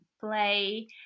play